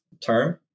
term